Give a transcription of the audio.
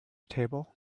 table